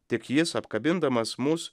tik jis apkabindamas mus